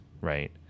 right